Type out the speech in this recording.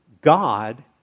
God